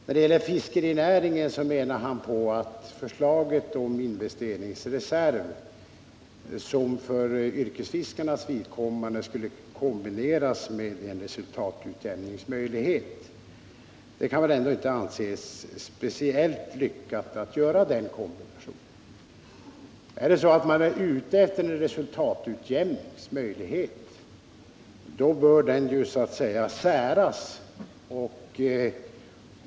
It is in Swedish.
När det gäller fiskerinäringen menar Holger Bergqvist att den föreslagna investeringsreserven för yrkesfiskarnas vidkommande skulle kombineras med en resultatutjämningsmöjlighet. Det kan väl ändå inte anses speciellt lyckat att göra den kombinationen. Är man ute efter en resultatutjämningsmöjlighet, så bör den ju säras.